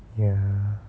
ya